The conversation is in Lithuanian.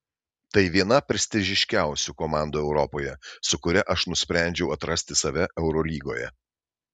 tai viena prestižiškiausių komandų europoje su kuria aš nusprendžiau atrasti save eurolygoje